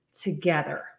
together